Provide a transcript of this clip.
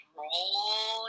roll